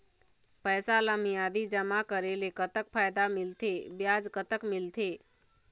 पैसा ला मियादी जमा करेले, कतक फायदा मिलथे, ब्याज कतक मिलथे?